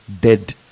dead